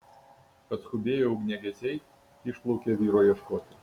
atskubėję ugniagesiai išplaukė vyro ieškoti